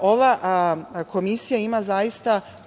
ova komisija ima zaista